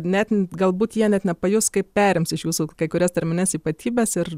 net galbūt jie net nepajus kaip perims iš jūsų kai kurias tarmines ypatybes ir